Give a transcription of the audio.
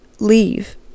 leave